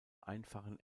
einfachen